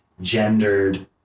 gendered